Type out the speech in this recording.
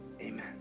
Amen